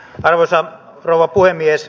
arvoisa rouva puhemies